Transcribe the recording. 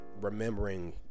remembering